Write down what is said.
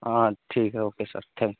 ہاں ٹھیک ہے اوکے سر تھینک